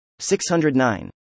609